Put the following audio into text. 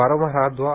वारंवार हात धुवा